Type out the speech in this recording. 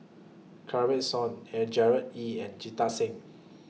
Kanwaljit Soin Gerard Ee and Jita Singh